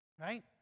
right